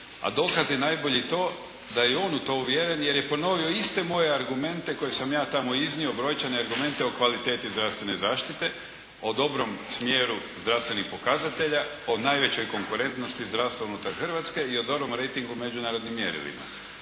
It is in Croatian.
A dokaz je najbolji to da je i on u to uvjeren jer je ponovio iste moje argumente koje sam ja tamo iznio, brojčane argumente o kvaliteti zdravstvene zaštite, o dobrom smjeru zdravstvenih pokazatelja, o najvećoj konkurentnosti zdravstva unutar Hrvatske i o dobrom rejtingu i međunarodnim mjerilima.